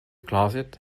closet